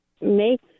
make